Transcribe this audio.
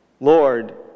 Lord